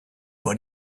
but